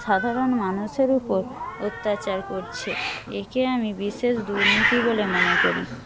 সাধারণ মানুষের উপর অত্যাচার করছে একে আমি বিশেষ দুর্নীতি বলে মনে করি